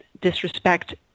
disrespect